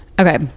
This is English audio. Okay